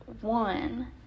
one